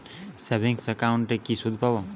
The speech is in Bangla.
সেভিংস একাউন্টে কি সুদ পাব?